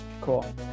Cool